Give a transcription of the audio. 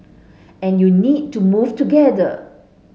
and you need to move together